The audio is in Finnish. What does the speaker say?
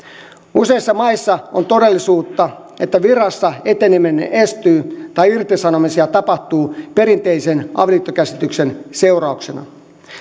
useissa maissa on todellisuutta että virassa eteneminen estyy tai irtisanomisia tapahtuu perinteisen avioliittokäsityksen seurauksena